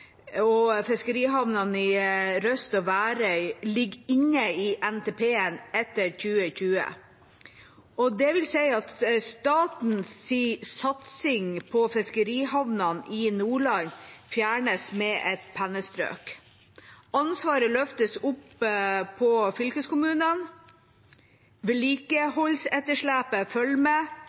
og fiskerihavnene i Røst og Værøy, ligger inne i NTP-en etter 2020. Statens satsing på fiskerihavnene i Nordland fjernes med et pennestrøk, og ansvaret løftes over på fylkeskommunene. Vedlikeholdsetterslepet følger med,